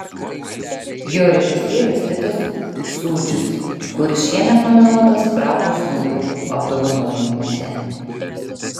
jo režisierius titas sūdžius kuris šiemet nominuotas pravdos naujokų apdovanojimuose